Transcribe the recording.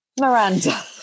Miranda